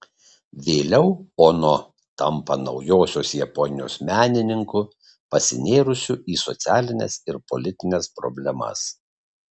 vėliau ono tampa naujosios japonijos menininku pasinėrusiu į socialines ir politines problemas